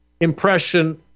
impression